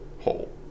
hole